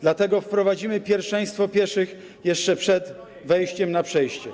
Dlatego wprowadzimy pierwszeństwo pieszych jeszcze przed wejściem na przejście.